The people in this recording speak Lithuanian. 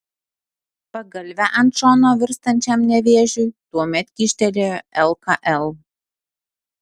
pagalvę ant šono virstančiam nevėžiui tuomet kyštelėjo lkl